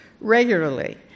regularly